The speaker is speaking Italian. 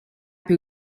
più